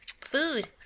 Food